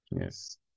Yes